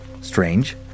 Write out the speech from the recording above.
Strange